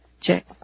check